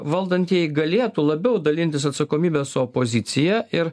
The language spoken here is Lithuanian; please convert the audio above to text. valdantieji galėtų labiau dalintis atsakomybe su opozicija ir